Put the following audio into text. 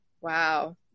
wow